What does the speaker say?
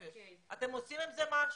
אתם עושים עם זה משהו?